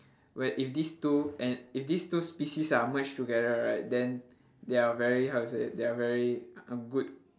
when if this two and if this two species are merged together right then they are very how to say they are very um good